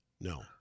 No